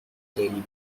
daily